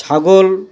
ছাগল